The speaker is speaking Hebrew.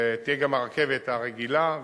ותהיה גם הרכבת הרגילה,